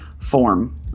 form